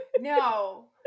No